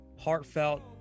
heartfelt